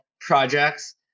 projects